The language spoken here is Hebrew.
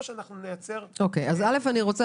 או שאנחנו נייצר --- אני רוצה